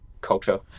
culture